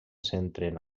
centren